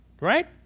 Right